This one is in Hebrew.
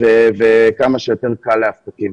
וכמה שיותר קל לעסקים.